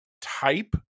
type